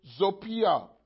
zopia